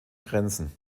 grenzen